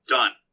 Done